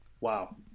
Wow